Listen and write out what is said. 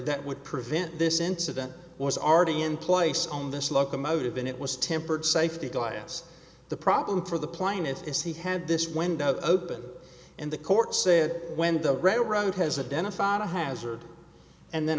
that would prevent this incident was already in place on this locomotive and it was tempered safety glass the problem for the plaintiff is he had this window open and the court said when the railroad has a den a found a hazard and then